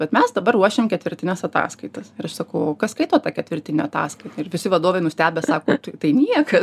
vat mes dabar ruošiam ketvirtines ataskaitas ir aš sakau o kas skaito tą ketvirtinę ataskaitą ir visi vadovai nustebę sako tai tai niekas